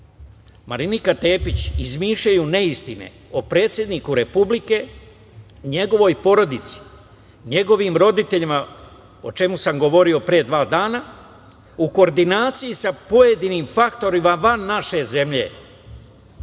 Marinika Tepić, izmišljaju neistine o predsedniku Republike, njegovoj porodici, njegovim roditeljima, o čemu sam govorio pre dva dana, u koordinaciji sa pojedinim faktorima van naše zemlje,